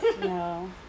No